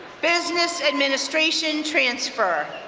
business administration transfer.